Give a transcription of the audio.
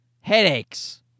headaches